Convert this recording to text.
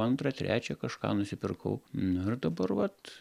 antrą trečią kažką nusipirkau nu ir dabar vat